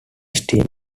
steam